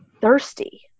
thirsty